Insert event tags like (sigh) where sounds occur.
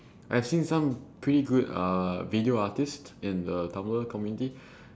I've seen some pretty good uh video artist in the tumblr community (breath)